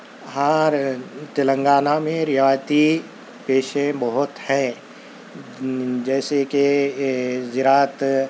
ہاں تلنگانہ میں روایتی پیشے بہت ہیں جیسے کہ زراعت